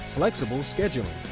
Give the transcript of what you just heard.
flexible scheduling.